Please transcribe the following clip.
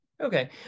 Okay